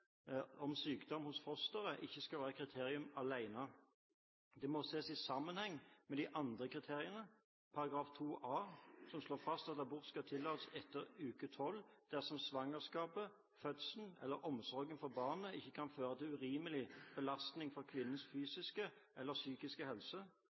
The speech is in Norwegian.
om sykdom hos fosteret, ikke skal være et kriterium alene. Det må ses i sammenheng med de andre kriteriene: § 2 a) slår fast at abort skal tillates etter uke tolv dersom svangerskapet, fødselen eller omsorgen for barnet kan føre til urimelig belastning for kvinnens